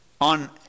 on